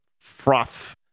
froth